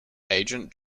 agent